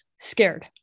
scared